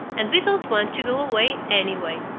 and we don't want to go away, anyway.